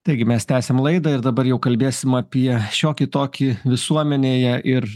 taigi mes tęsiam laidą ir dabar jau kalbėsim apie šiokį tokį visuomenėje ir